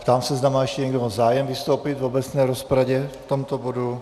Ptám se, zda má ještě někdo zájem vystoupit v obecné rozpravě v tomto bodu.